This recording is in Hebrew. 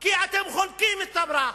כי אתם חונקים את תמרה.